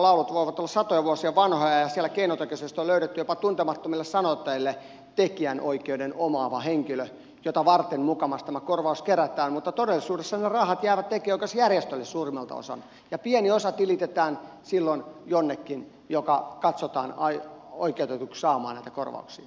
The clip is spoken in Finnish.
kirkkokuorolaulut voivat olla satoja vuosia vanhoja ja siellä keinotekoisesti on löydetty jopa tuntemattomille sanoittajille tekijänoikeuden omaava henkilö jota varten mukamas tämä korvaus kerätään mutta todellisuudessa ne rahat jäävät tekijänoikeusjärjestöille suurimmalta osin ja pieni osa tilitetään silloin jollekin joka katsotaan oikeutetuksi saamaan näitä korvauksia